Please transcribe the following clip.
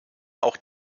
auch